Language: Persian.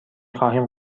خواهیم